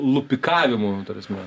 lupikavimu ta prasme